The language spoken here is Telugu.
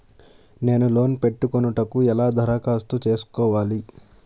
నేను లోన్ పెట్టుకొనుటకు ఎలా దరఖాస్తు చేసుకోవాలి?